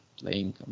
playing